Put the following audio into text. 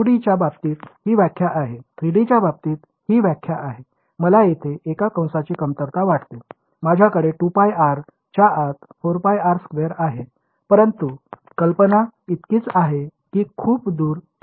2D च्या बाबतीत ही व्याख्या आहे 3D च्या बाबतीत ही व्याख्या आहे मला येथे एका कंसाची कमतरता वाटते माझ्याकडे 2πr च्या आत 4πr2 आहे परंतु कल्पना इतकीच आहे की खूप दूर क्षेत्र शोधा